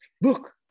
look